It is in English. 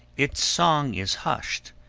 its song is hushed,